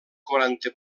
quaranta